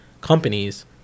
companies